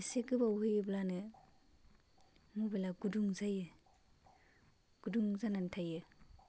इसे गोबाव होयोब्लानो मबाइला गुदुं जायो गुदुं जानानै थायो